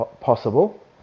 possible